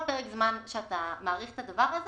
כל פרק זמן שאתה מאריך את הדבר הזה,